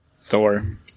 Thor